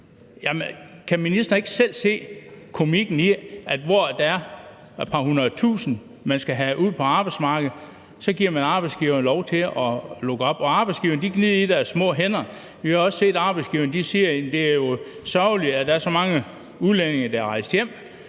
kan ministeren ikke selv se komikken i, at når der er et par hundredtusinde, man skal have ud på arbejdsmarkedet, så giver man arbejdsgiverne lov til at hente udenlandsk arbejdskraft, og arbejdsgiverne gnider sig i deres små hænder. Vi har jo også set, at arbejdsgiverne siger, at det er sørgeligt, at der er så mange udlændinge, der er rejst hjem.